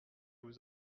vous